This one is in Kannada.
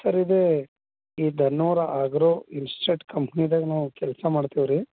ಸರ್ ಇದು ಈ ದನ್ನೋರ ಆಗ್ರೊ ಇನ್ಸ್ಷೆಟ್ ಕಂಪ್ನಿದಾಗ ನಾವು ಕೆಲಸ ಮಾಡ್ತೀವಿ ರೀ